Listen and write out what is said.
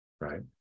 right